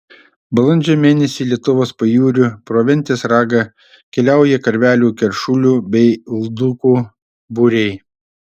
balandžio mėnesį lietuvos pajūriu pro ventės ragą keliauja karvelių keršulių bei uldukų būriai